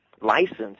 license